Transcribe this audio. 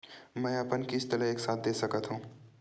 मै अपन किस्त ल एक साथ दे सकत हु का?